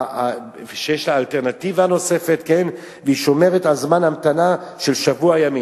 שיש לה אלטרנטיבה נוספת והיא שומרת על זמן המתנה של שבוע ימים.